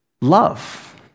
love